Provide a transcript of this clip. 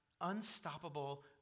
unstoppable